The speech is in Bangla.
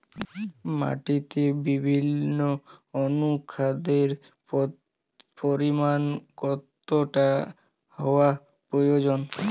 মাটিতে বিভিন্ন অনুখাদ্যের পরিমাণ কতটা হওয়া প্রয়োজন?